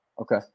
Okay